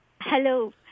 hello